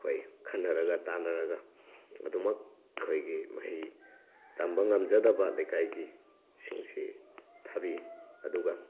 ꯑꯩꯈꯣꯏ ꯈꯟꯅꯔꯒ ꯇꯥꯟꯅꯔꯒ ꯑꯗꯨꯝꯃꯛ ꯑꯩꯈꯣꯏꯒꯤ ꯃꯍꯩ ꯇꯝꯕ ꯉꯝꯖꯗꯕ ꯂꯩꯀꯥꯏꯒꯤ ꯁꯤꯡꯁꯤ ꯊꯥꯕꯤ ꯑꯗꯨꯒ